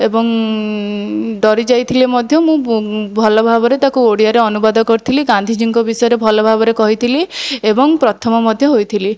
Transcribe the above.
ଏବଂ ଡରିଯାଇଥିଲେ ମଧ୍ୟ ମୁଁ ଭଲ ଭାବରେ ତାକୁ ଓଡ଼ିଆରେ ଅନୁବାଦ କରିଥିଲି ଗାନ୍ଧିଜୀଙ୍କ ବିଷୟରେ ଭଲ ଭାବରେ କହିଥିଲି ଏବଂ ପ୍ରଥମ ମଧ୍ୟ ହୋଇଥିଲି